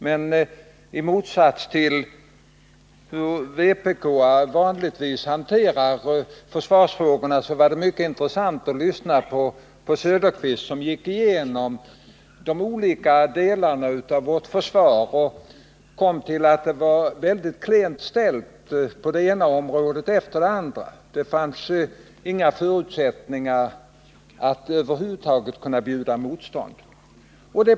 Med hänsyn till hur vpk vanligtvis hanterar försvarsfrågorna var det mycket intressant att lyssna till Oswald Söderqvist. som gick igenom de olika delarna av vårt försvar och kom fram till att det var väldigt klent ställt på det ena området efter det andra: det skulle över huvud taget inte finnas några förutsättningar att bjuda motstånd.